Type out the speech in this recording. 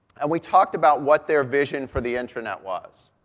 and we talked about what their vision for the internet was,